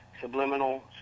subliminal